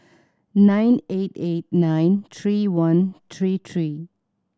nine eight eight nine three one three three